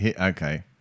okay